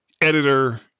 editor